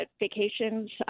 vacations